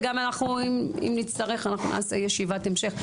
וגם אם אנחנו נצטרך נעשה ישיבת המשך,